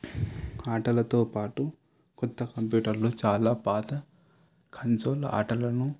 ఆటలతో పాటు కొత్త కంప్యూటర్లు చాలా పాత కన్సోల్ ఆటలను